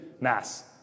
mass